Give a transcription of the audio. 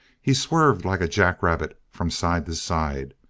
he swerved like a jackrabbit from side to side.